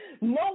No